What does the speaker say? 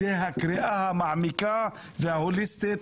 זו הקריאה המעמיקה וההוליסטית,